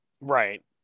Right